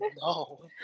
No